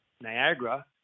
Niagara